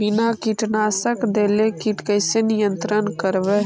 बिना कीटनाशक देले किट कैसे नियंत्रन करबै?